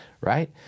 Right